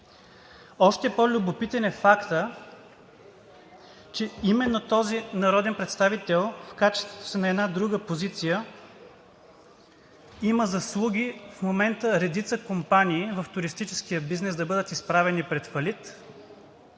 Още по-любопитен е фактът, че именно този народен представител в качеството си на една друга позиция има заслуги в момента редица компании в туристическия бизнес да бъдат изправени пред фалит,